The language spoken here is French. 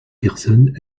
personnes